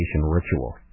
ritual